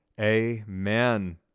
Amen